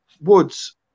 Woods